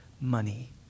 money